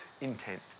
intent